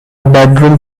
bedroom